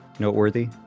noteworthy